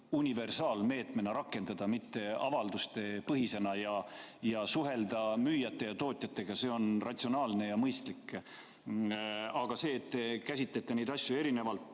universaalmeetmena rakendada, mitte avaldustepõhisena, ja suhelda müüjate ja tootjatega. See on ratsionaalne ja mõistlik. Aga see, et te käsitlete neid asju erinevalt,